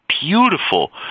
beautiful